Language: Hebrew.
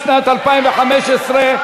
משפטים ובתי-משפט,